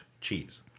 cheese